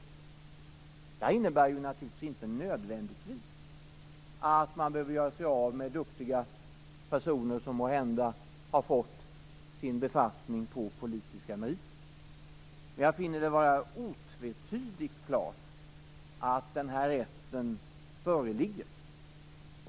Detta innebär naturligtvis inte nödvändigtvis att man behöver göra sig av med duktiga personer som måhända har fått sina befattningar på politiska meriter. Men jag finner det vara otvetydigt klart att den här rätten föreligger.